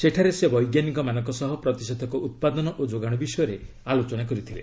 ସେଠାରେ ସେ ବୈଜ୍ଞାନିକମାନଙ୍କ ସହ ପ୍ରତିଷେଧକ ଉତ୍ପାଦନ ଓ ଯୋଗାଣ ବିଷୟରେ ଆଲୋଚନା କରିଥିଲେ